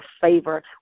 favor